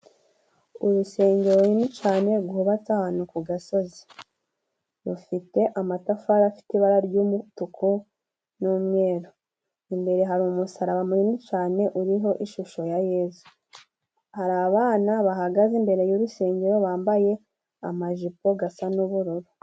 Urusengero runini cane rwubatse ahantu ku gasozi, rufite amatafari afite ibara ry'umutuku n'umweru, imbere hari umusaraba munini cane uriho ishusho ya Yezu, hari abana bahagaze imbere y'urusengero, bambaye amajipo gasa n'ubururu.